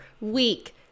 week